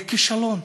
זה כישלון.